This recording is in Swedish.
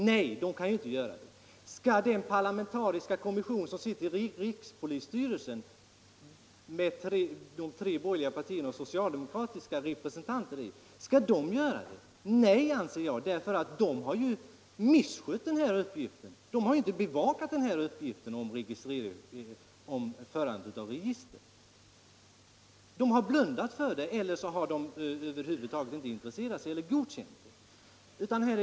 Nej, den kan inte göra det. Skall den parlamentariska kommissionen i rikspolisstyrelsen, med representanter för de tre borgerliga parvierna och för socialdemokraterna, göra det? Nej. jag anser att den inte kan göra det. Den har misskött sin uppgift genom att inte bevaka frågan 17 om registerföringen. Den har blundat för detta, alternativt över huvud taget inte intresserat sig för det eller godkänt det.